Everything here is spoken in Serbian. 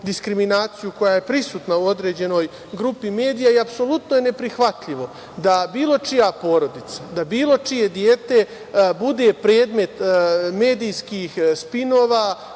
diskriminaciju koja je prisutna u određenoj grupi medija. Apsolutno je neprihvatljivo da bilo čija porodica, da bilo čije dete bude predmet medijskih spinova,